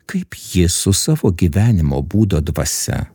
kaip jis su savo gyvenimo būdo dvasia